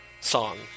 song